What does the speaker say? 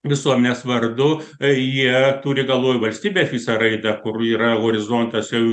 visuomenės vardu jie turi galvoj valstybės visą raidą kur yra horizontas jau